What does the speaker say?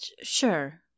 Sure